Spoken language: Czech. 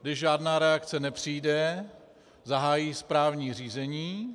Když žádná reakce nepřijde, zahájí správní řízení.